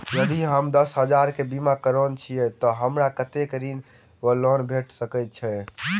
यदि हम दस हजार केँ बीमा करौने छीयै तऽ हमरा कत्तेक ऋण वा लोन भेट सकैत अछि?